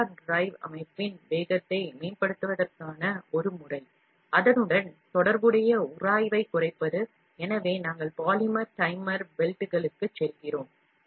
motor drive அமைப்பின் வேகத்தை மேம்படுத்துவதற்கான ஒரு முறை அதனுடன் தொடர்புடைய உராய்வைக் குறைப்பது எனவே நாங்கள் பாலிமர் டைமர் பெல்ட்களுக்குச் செல்கிறோம்